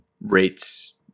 rates